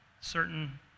certain